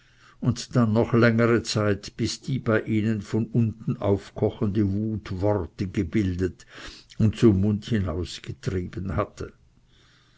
und dann noch längere zeit bis die bei ihnen von unten auf kochende wut worte gebildet und zum munde hinausgetrieben hatte